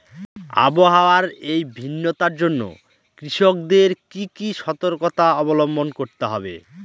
আবহাওয়ার এই ভিন্নতার জন্য কৃষকদের কি কি সর্তকতা অবলম্বন করতে হবে?